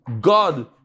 God